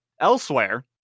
Elsewhere